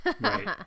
Right